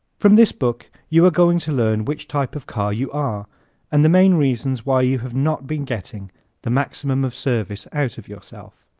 from this book you are going to learn which type of car you are and the main reasons why you have not been getting the maximum of service out of yourself.